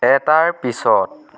এটাৰ পিছৰ